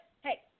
Hey